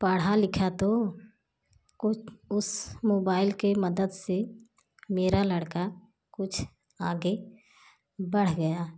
पढ़ा लिखा तो कुछ उस मोबाइल की मदद से मेरा लड़का कुछ आगे बढ़ गया